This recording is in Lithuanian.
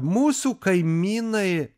mūsų kaimynai